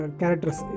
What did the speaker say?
Characters